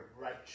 righteous